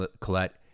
Collette